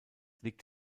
liegt